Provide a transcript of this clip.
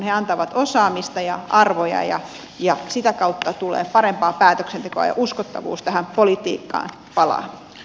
he antavat osaamista ja arvoja ja sitä kautta tulee parempaa päätöksentekoa ja uskottavuus tähän politiikkaan palaa